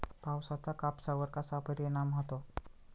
पावसाचा कापसावर कसा परिणाम होतो?